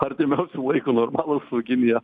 artimiausiu laiku normalūs su kinija